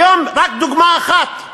היום, רק דוגמה אחת,